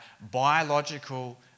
biological